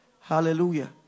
Hallelujah